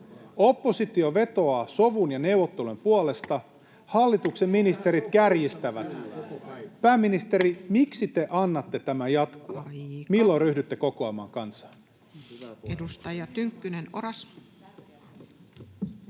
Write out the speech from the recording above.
Oppositio vetoaa sovun ja neuvottelujen puolesta. Hallituksen ministerit kärjistävät. Pääministeri, miksi te annatte tämän jatkua? [Puhemies: Aika!] Milloin ryhdytte kokoamaan kansaa? Edustaja Tynkkynen, Oras.